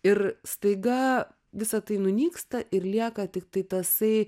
ir staiga visa tai nunyksta ir lieka tiktai tasai